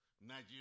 Nigeria